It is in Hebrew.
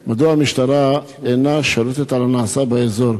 3. מדוע המשטרה אינה שולטת על הנעשה באזור?